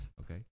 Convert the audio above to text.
okay